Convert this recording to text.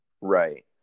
Right